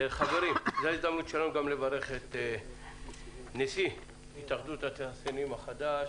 הזדמנות שלנו לברך את נשיא התאחדות התעשיינים החדש